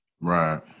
Right